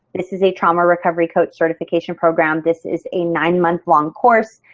this is a trauma recovery coach certification program. this is a nine month long course.